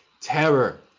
terror